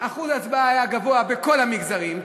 אחוז ההצבעה היה גבוה בכל המגזרים,